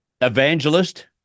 evangelist